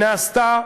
היא נעשתה,